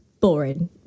boring